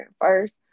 first